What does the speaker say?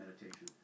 meditation